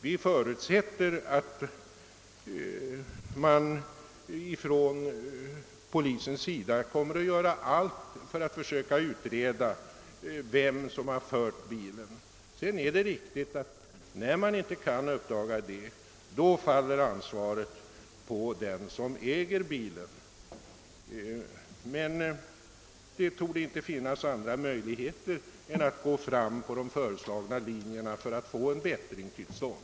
Vi förutsätter att polisen kommer att göra allt för att försöka utreda vem som fört bilen. Det är riktigt att när detta inte kan uppdagas faller ansvaret på den som äger bilen. Det torde emellertid inte finnas andra möjligheter än att gå fram på de föreslagna linjerna för att få en bättring till stånd.